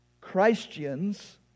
Christians